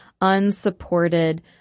unsupported